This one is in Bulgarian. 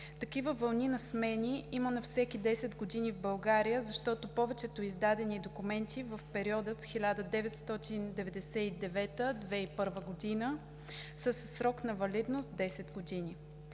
Такива вълни на смени има на всеки 10 години в България, защото повечето издадени документи в периода 1999 – 2001 г. са със срок на валидност 10 години.